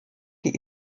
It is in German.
die